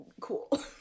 cool